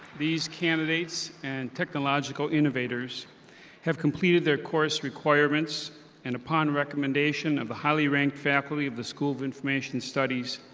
these candidates and technological innovators have completed their course requirements and upon recommendation of the highly ranked faculty of the school of information studies,